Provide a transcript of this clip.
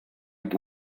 wide